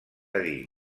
dir